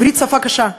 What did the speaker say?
עברית שפה קשה.